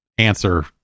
answer